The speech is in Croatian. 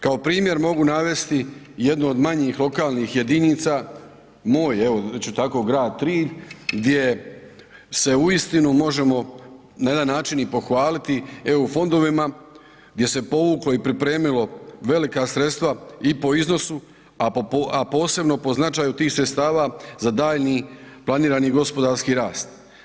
Kao primjer mogu navesti jednu od manjih lokalnih jedinica, moj, evo, će tako grad Trilj gdje se uistinu možemo na jedan način i pohvaliti EU fondovima gdje se povuklo i pripremilo velika sredstva i po iznosu, a posebno po značaju tih sredstava za daljnji planirani gospodarski rast.